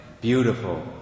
beautiful